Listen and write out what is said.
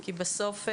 כי בסוף,